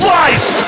life